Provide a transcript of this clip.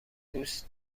دوست